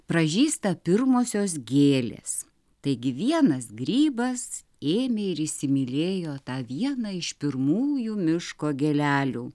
pražysta pirmosios gėlės taigi vienas grybas ėmė ir įsimylėjo tą vieną iš pirmųjų miško gėlelių